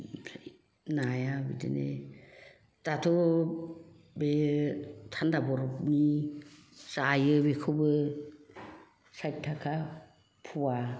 ओमफ्राय नाया बिदिनो दाथ' बे थान्दा बरफनि जायो बेखौबो साथि थाखा पवा